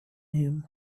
him